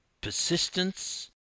Persistence